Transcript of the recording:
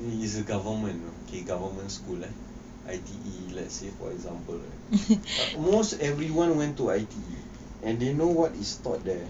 is a government you know government school eh I_T_E let's say for example most everyone went to I_T_E and they know what is taught there